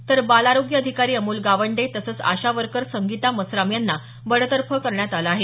तर बाल आरोग्य अधिकारी अमोल गावंडे तसंच आशा वर्कर संगीता मसराम यांना बडतर्फ करण्यात आलं आहे